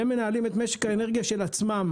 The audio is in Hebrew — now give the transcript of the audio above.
והם מנהלים את משק האנרגיה של עצמם,